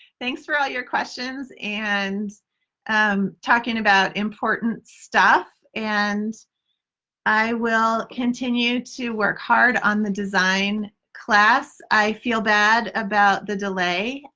thanks for all your questions and um talking about important stuff and i will continue to work hard on the design class. i feel bad about the delay.